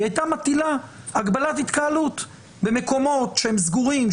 היא הייתה מטילה הגבלת התקהלות במקומות שהם סגורים,